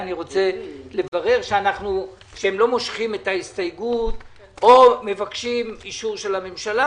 אני רוצה לברר שהם לא מושכים את ההסתייגות או מבקשים אישור של הממשלה